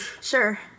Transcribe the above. Sure